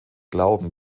glauben